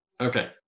Okay